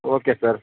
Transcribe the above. okay sir